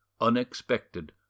Unexpected